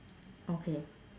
okay